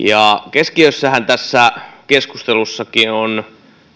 keskiössähän tässäkin keskustelussa on